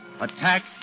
attack